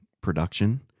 production